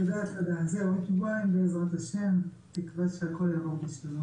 בתור כנסת מפקחת יש לה את היכולות לתווך את הסוגיות האלה,